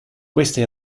queste